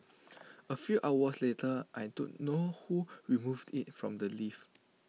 A few hours later I don't know who removed IT from the lift